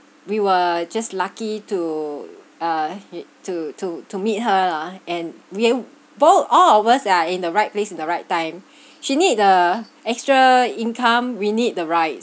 we were just lucky to uh to to to meet her lah and we were both of all of us we are in the right place at the right time she need the extra income we need the ride